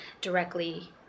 directly